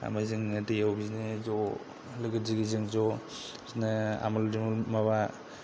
ओमफ्राय जोङो दैयाव बिदिनो ज' लोगो दिगि जों ज' बिदिनो आमोल दिमोल माबा